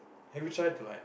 have you try to like